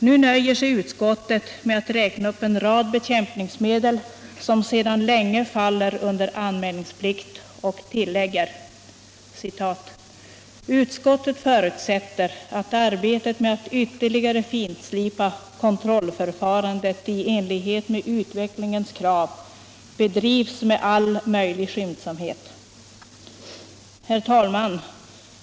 Nu nöjer sig utskottet med att räkna upp en rad bekämpningsmedel som sedan länge faller under anmälningsplikt och tillägger: Utskottet förutsätter ”att arbetet med att ytterligare finslipa kontrollförfarandet i enlighet med utvecklingens krav bedrivs med all möjlig skyndsamhet”. Herr talman!